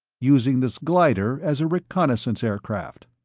using this glider as a reconnaissance aircraft.